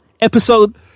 Episode